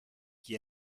qui